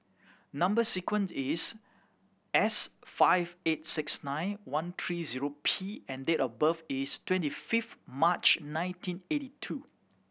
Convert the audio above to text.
number sequence is S five eight six nine one three zero P and date of birth is twenty fifth March nineteen eighty two